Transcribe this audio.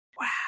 Wow